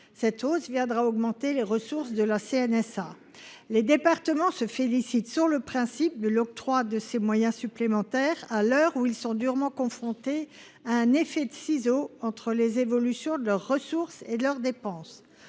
Cette hausse viendra augmenter les ressources de la CNSA. Les départements se félicitent sur le principe de l’octroi de ces moyens supplémentaires, à l’heure où ils sont durement confrontés à un effet ciseaux entre les évolutions respectives de leurs ressources et de leurs dépenses.